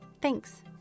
thanks